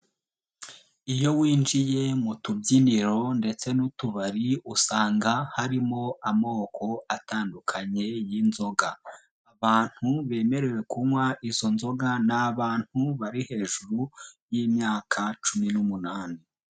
Iyo winjiye mu tubyiniro ndetse n'utubari usanga harimo amoko atandukanye y'inzoga. Abantu bemerewe kunywa izo nzoga ni abantu bari hejuru y'imyaka cumi n'umunani.